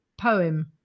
poem